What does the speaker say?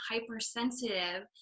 hypersensitive